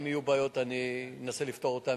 אם יהיו בעיות אני אנסה לפתור אותן,